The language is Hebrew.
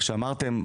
אמרתם: